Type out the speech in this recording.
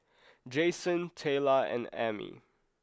Jayson Tayla and Ami